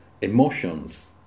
emotions